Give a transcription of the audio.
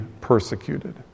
persecuted